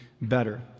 better